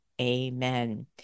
Amen